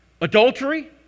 Adultery